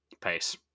pace